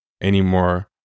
anymore